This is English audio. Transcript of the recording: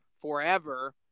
forever